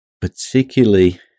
particularly